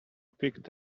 picked